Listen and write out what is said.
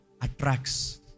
attracts